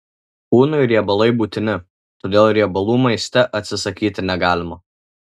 kūnui riebalai būtini todėl riebalų maiste atsisakyti negalima